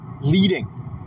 leading